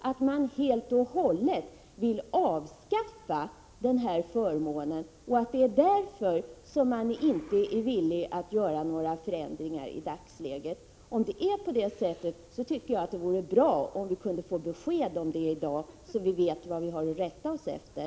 Vill man helt och hållet avskaffa den här förmånen, så att man därför inte är villig att i dagsläget göra någon ändring, då tycker jag att det vore bra om vi kunde få besked om det i dag så att vi vet vad vi har att rätta oss efter.